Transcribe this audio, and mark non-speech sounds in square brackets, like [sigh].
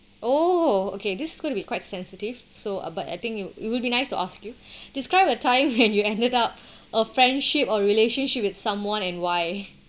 oh okay this is gonna be quite sensitive so uh but I think it will it will be nice to ask you [breath] describe a time when you ended up a friendship or relationship with someone and why